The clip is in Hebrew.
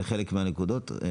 זה חלק מהנקודות אבל